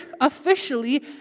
officially